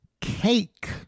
cake